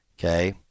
Okay